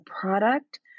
product